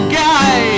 guy